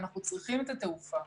ואנחנו צריכים את התעופה.